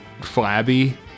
flabby